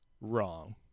wrong